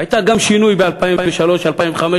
הייתה גם שינוי ב-2003 2005,